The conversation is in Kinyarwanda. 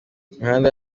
imihanda